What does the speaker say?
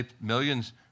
Millions